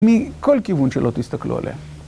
מכל כיוון שלא תסתכלו עליה.